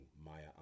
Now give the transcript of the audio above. Maya